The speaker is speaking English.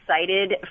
excited